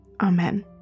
Amen